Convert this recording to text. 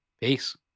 Peace